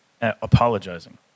apologizing